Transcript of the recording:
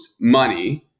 money